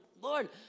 Lord